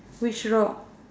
which rock